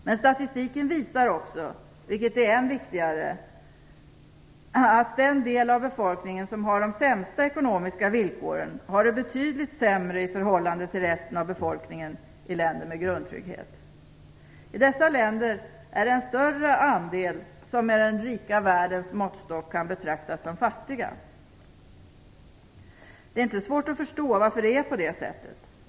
Men statistiken visar också, vilket är än viktigare, att den del av befolkningen som har de sämsta ekonomiska villkoren har det betydligt sämre i förhållande till resten av befolkningen i länder med grundtrygghet. I dessa länder är det en större andel som, med den rika världens måttstock, kan betraktas som fattiga. Det är inte svårt att förstå varför det är på det sättet.